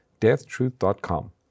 deathtruth.com